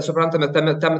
suprantame tame tam